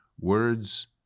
Words